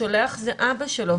השולח זה אבא שלו,